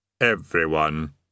Everyone